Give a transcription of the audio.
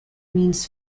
means